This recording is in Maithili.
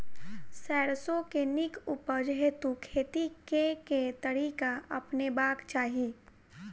सैरसो केँ नीक उपज हेतु खेती केँ केँ तरीका अपनेबाक चाहि?